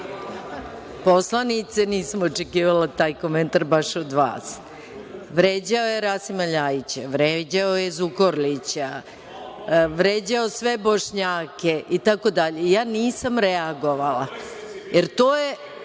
nisam očekivala taj komentar baš od vas. Vređao je Rasima LJajića, vređao je Zukorlića, vređao sve Bošnjake itd. i ja nisam reagovala.(Zoran